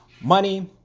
money